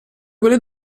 quelle